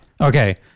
okay